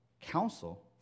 counsel